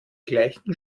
gleichen